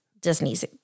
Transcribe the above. Disney's